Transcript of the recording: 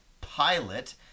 pilot